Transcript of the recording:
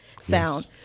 sound